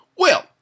Well